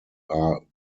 are